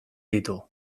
ditu